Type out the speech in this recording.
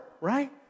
right